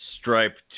Stripe